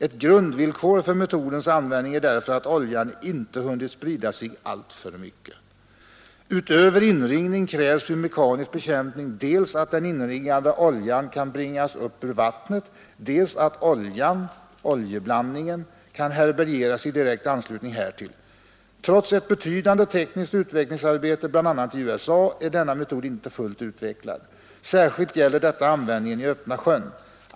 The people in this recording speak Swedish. Ett grundvillkor för metodens användning är därför att oljan inte hunnit sprida sig alltför mycket. Utöver inringning krävs vid mekanisk bekämpning dels att den inringade oljan kan bringas upp ur vattnet, dels att oljan kan härbärgeras i direkt anslutning härtill. Trots ett betydande tekniskt utvecklingsarbete bl.a. i USA, är denna metod ännu inte fullt utvecklad. Särskilt gäller detta användningen i öppna sjön.